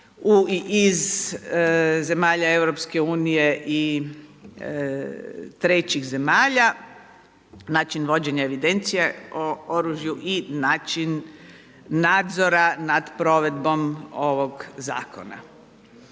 unije i trećih zemalja, način vođenja evidencija o oružju i način nadzora nad provedbom ovoga zakona.